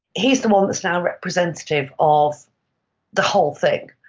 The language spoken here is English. he's the one that's now representative of the whole thing.